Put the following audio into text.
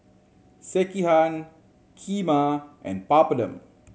Sekihan Kheema and Papadum